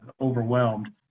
overwhelmed